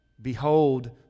Behold